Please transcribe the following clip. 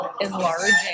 enlarging